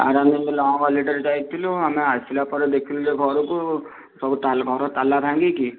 ଆରେ ଆମେ ଏ ଲଙ୍ଗ୍ ହଲିଡ଼େରେ ଯାଇଥିଲୁ ଆମେ ଆସିଲା ପରେ ଦେଖିଲୁ ଯେ ଘରକୁ ସବୁ ଘର ତାଲା ଭାଙ୍ଗିକି